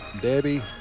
debbie